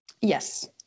Yes